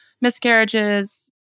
miscarriages